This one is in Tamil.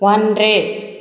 ஒன்று